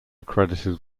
credited